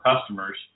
customers